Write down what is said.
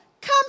come